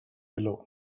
below